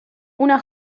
una